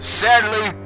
sadly